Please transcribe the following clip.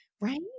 Right